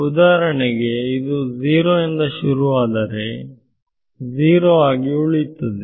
ಉದಾಹರಣೆಗೆ ಇದು 0 ಯಿಂದ ಶುರುವಾದರೆ 0 ಆಗಿ ಉಳಿಯುತ್ತದೆ